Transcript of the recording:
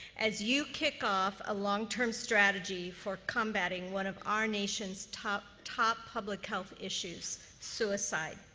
as you kick off a long-term strategy for combating one of our nation's top top public health issues suicide.